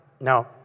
Now